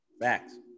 facts